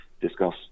discuss